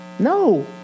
no